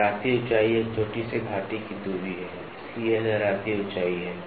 लहराती ऊंचाई एक चोटी से घाटी की दूरी है इसलिए यह लहराती ऊंचाई है